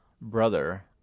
brother